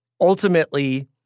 ultimately